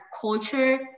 culture